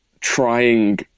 trying